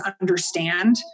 understand